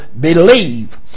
Believe